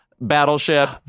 Battleship